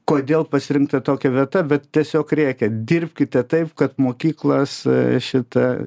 kodėl pasirinkta tokia vieta bet tiesiog rėkė dirbkite taip kad mokyklas šita